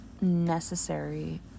necessary